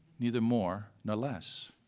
neither more nor less,